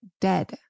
dead